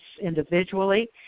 individually